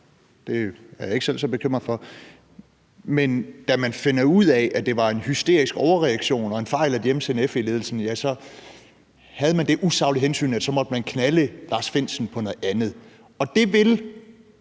Det er jeg ikke selv så bekymret for. Men da man fandt ud af, at det var en hysterisk overreaktion og en fejl at hjemsende FE-ledelsen, så havde man det usaglige hensyn, at man måtte knalde Lars Findsen på noget andet, og det vil